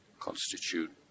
constitute